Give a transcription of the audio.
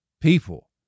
People